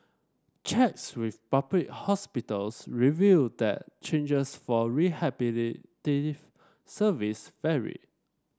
checks with public hospitals revealed that charges for rehabilitative services vary